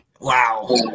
Wow